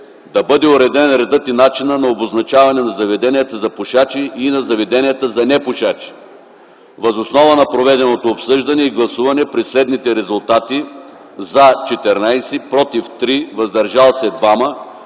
Да бъде уреден редът и начинът на обозначаване на заведенията за пушачи и на заведенията за непушачи. Въз основа на проведеното обсъждане и гласуване при следните резултати: „за” – 14, „против” – 3, „въздържали се” – 2,